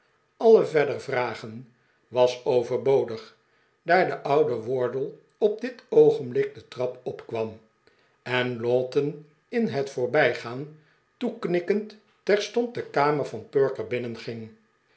alle verder vragen was overbodig daar de oude wardle op dit oogenblik de trap opkwam en lowten in het voorbijgaan toeknikkend terstond de kamer van perker